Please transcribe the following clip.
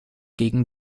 gegen